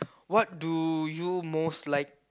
what do you most like